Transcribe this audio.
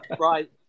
Right